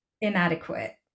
inadequate